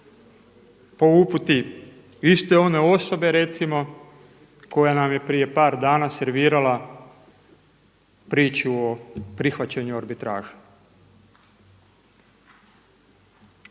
po uputi iste one osobe recimo koja nam je prije par dana servirala priču o prihvaćanju arbitraže.